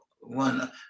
one